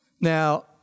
Now